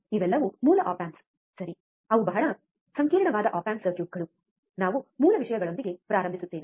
ಇವೆಲ್ಲವೂ ಮೂಲ op amps ಸರಿ ಅವು ಬಹಳ ಸಂಕೀರ್ಣವಾದ ಆಪ್ ಆಂಪ್ ಸರ್ಕ್ಯೂಟ್ಗಳು ನಾವು ಮೂಲ ವಿಷಯಗಳೊಂದಿಗೆ ಪ್ರಾರಂಭಿಸುತ್ತೇವೆ